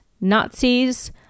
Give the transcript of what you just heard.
Nazis